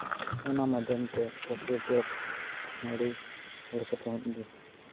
ᱚᱱᱟ ᱢᱟᱫᱽᱫᱷᱚᱢ ᱛᱮ ᱯᱷᱮᱥᱵᱩᱠ ᱮᱯ ᱱᱚᱸᱰᱮ ᱜᱚᱲᱚ ᱥᱚᱯᱚᱦᱚᱫ ᱜᱮ